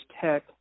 tech